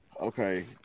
Okay